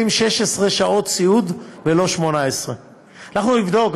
16 שעות סיעוד ולא 18. אנחנו נבדוק.